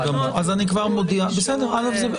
אותן תקנות כמובן יובאו לאישור ועדה של הכנסת.